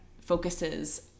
focuses